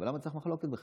למה צריך מחלוקת בכלל?